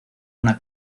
una